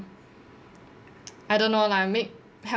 I don't know lah make